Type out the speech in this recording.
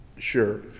Sure